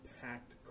packed